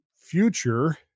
future